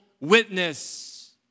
witness